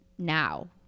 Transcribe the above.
Now